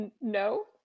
No